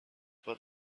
but